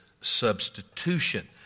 substitution